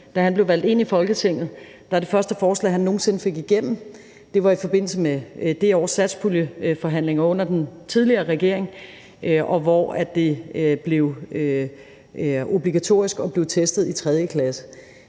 blev valgt ind i Folketinget, var det første forslag, han nogen sinde fik igennem – i forbindelse med det års satspuljeforhandlinger under den tidligere regering – at det blev obligatorisk at blive testet i 3. klasse.